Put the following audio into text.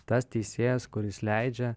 tas teisėjas kuris leidžia